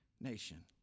nation